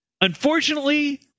Unfortunately